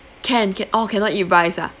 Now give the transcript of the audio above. can can oh cannot eat rice ah